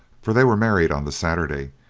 for they were married on the saturday,